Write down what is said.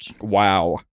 Wow